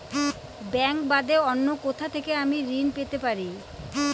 Bank বাদে অন্য কোথা থেকে আমি ঋন পেতে পারি?